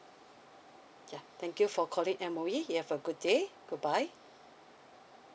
yeah thank you for calling M_O_E you have a good day good bye